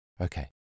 Okay